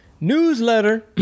newsletter